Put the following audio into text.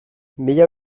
mila